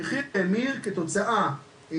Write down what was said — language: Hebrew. המחיר האמיר כתוצאה.